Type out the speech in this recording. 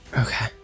Okay